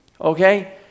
okay